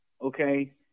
okay